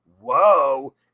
Whoa